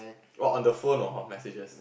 orh on the phone or messages